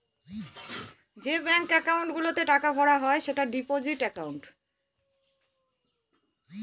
যে bank account গুলোতে টাকা ভরা হয় সেটা ডিপোজিট একাউন্ট